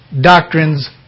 doctrines